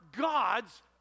God's